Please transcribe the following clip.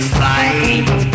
fight